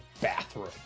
bathroom